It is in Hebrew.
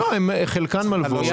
חלקן מלוות.